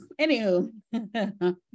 anywho